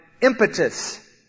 impetus